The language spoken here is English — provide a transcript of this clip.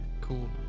Cool